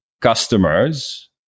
customers